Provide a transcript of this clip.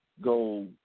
go